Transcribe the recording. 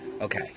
Okay